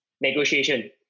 Negotiation